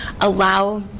allow